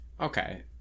Okay